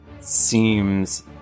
seems